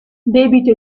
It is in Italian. debito